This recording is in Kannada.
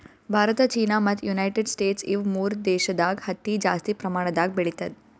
ಭಾರತ ಚೀನಾ ಮತ್ತ್ ಯುನೈಟೆಡ್ ಸ್ಟೇಟ್ಸ್ ಇವ್ ಮೂರ್ ದೇಶದಾಗ್ ಹತ್ತಿ ಜಾಸ್ತಿ ಪ್ರಮಾಣದಾಗ್ ಬೆಳಿತದ್